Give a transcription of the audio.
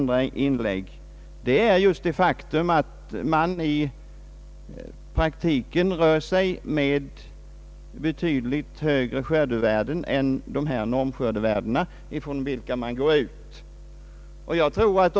Det är just det faktum att man i praktiken rör sig med betydligt högre skördevärden än de normskördevärden från vilka man utgår i skadesammanhang.